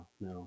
no